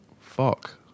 fuck